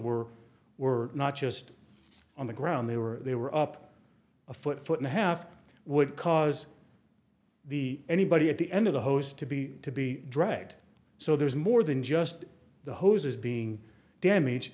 were were not just on the ground they were they were up a foot foot and a half would cause the anybody at the end of the hose to be to be dragged so there's more than just the hoses being damage